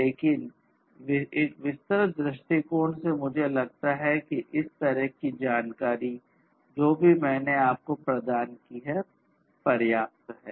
लेकिन एक विस्तृत दृष्टिकोण से मुझे लगता है कि इस तरह की जानकारी जो भी मैंने आप को प्रदान की है पर्याप्त है